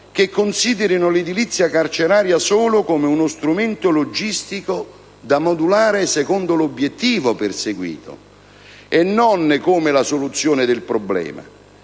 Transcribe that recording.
che considerino l'edilizia carceraria solo come uno strumento logistico da modulare secondo l'obiettivo perseguito e non come la soluzione del problema,